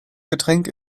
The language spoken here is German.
getränk